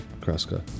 Kraska